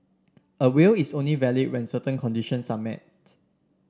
a will is only valid when certain conditions are met